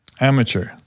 amateur